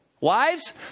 Wives